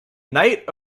knight